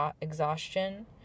exhaustion